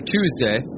Tuesday